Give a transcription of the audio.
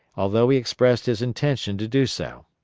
although he expressed his intention to do so.